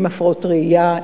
עם הפרעות ראייה?